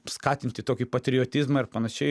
skatinti tokį patriotizmą ir panašiai